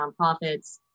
nonprofits